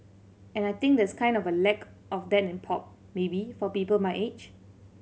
and I think there's kind of a lack of that in pop maybe for people my age